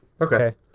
okay